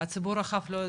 הציבור הרחב לא יודע,